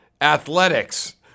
Athletics